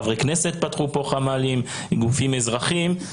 חברי כנסת וגופים אזרחיים פתחו חמ"לים נוספים.